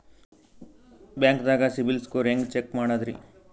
ಬ್ಯಾಂಕ್ದಾಗ CIBIL score ಹೆಂಗ್ check ಮಾಡದ್ರಿ?